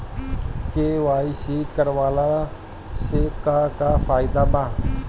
KYC करवला से का का फायदा बा?